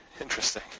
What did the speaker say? Interesting